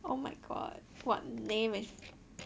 oh my god what name is